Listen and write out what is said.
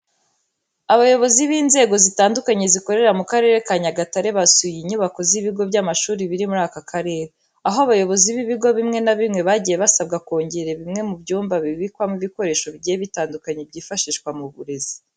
Abayobozi b'inzego zitandukanye zikorera mu Karere ka Nyagatare basuye inyubako z'ibigo by'amashuri biri muri aka karere, aho abayobozi b'ibigo bimwe na bimwe bagiye basabwa kongera bimwe mu byumba bibikwamo ibikoresho bigiye bitandukanye byifashishwa mu burezi.